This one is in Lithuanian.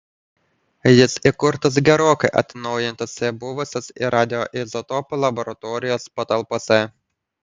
jis įkurtas gerokai atnaujintose buvusios radioizotopų laboratorijos patalpose